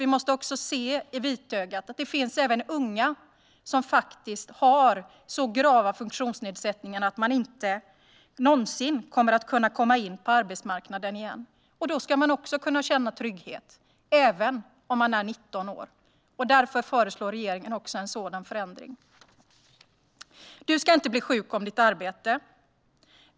Vi måste också se det faktum i vitögat att det finns unga som har så grava funktionsnedsättningar att de inte någonsin kommer att kunna komma in på arbetsmarknaden igen. De ska också kunna känna trygghet, även om de är 19 år, och därför föreslår regeringen en sådan förändring. Du ska inte bli sjuk av ditt arbete.